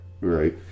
Right